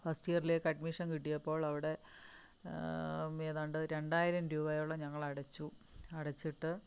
first ഇയറിലേക്ക് admission കിട്ടിയപ്പോൾ അവിടെ ഏതാണ്ട് രെണ്ടായിരം രൂപയോളം ഞങ്ങള അടച്ചു അടച്ചിട്ട്